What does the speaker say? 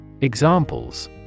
Examples